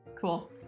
Cool